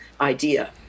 idea